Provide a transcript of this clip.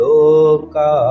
Loka